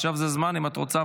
עכשיו זה הזמן, אם את רוצה.